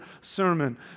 sermon